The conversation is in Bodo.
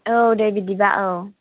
औ दे बिदिब्ला औ